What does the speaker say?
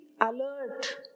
alert